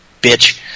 Bitch